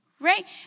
Right